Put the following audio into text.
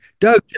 doug